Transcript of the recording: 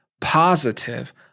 positive